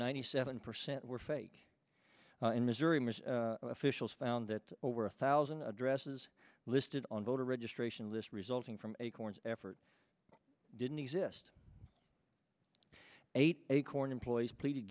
ninety seven percent were fake in missouri officials found that over a thousand addresses listed on voter registration list resulting from acorn effort didn't exist eight acorn employees pleaded